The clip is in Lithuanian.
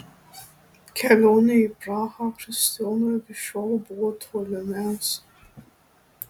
kelionė į prahą kristijonui iki šiol buvo tolimiausia